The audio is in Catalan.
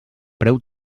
preu